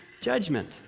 judgment